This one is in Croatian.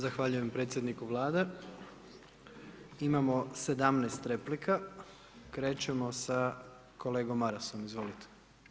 Zahvaljujem predsjedniku Vlade, imamo 17 replika, krećemo sa kolegom Marasom, izvolite.